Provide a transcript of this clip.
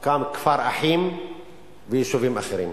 קמו כפר-אחים ויישובים אחרים.